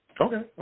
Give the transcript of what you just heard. Okay